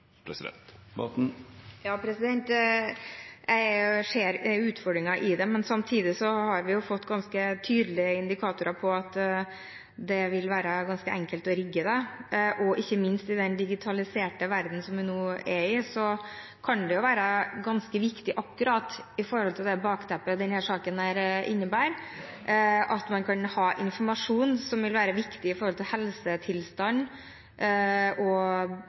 Jeg ser utfordringen i det, men samtidig har vi fått ganske tydelige indikatorer på at det vil være ganske enkelt å rigge det. Ikke minst i den digitaliserte verden som vi nå er i, kan det være ganske viktig – nettopp med tanke på det bakteppet denne saken har – at man har informasjon om helsetilstanden og ikke minst om vaksinering osv., som kan ligge i den type informasjon, og som er viktig